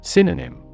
Synonym